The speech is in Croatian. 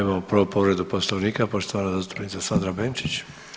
Imamo prvo povredu Poslovnika, poštovana zastupnica Sandra Benčić.